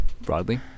broadly